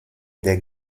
der